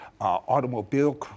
Automobile